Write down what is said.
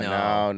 no